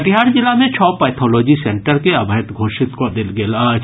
कटिहार जिला मे छओ पैथोलॉजी सेंटर के अवैध घोषित कऽ देल गेल अछि